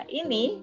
ini